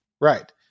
Right